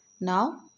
Now